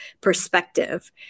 perspective